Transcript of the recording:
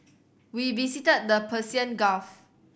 we visited the Persian Gulf